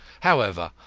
however,